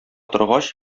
торгач